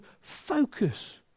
focus